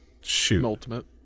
Shoot